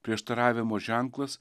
prieštaravimo ženklas